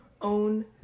own